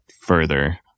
further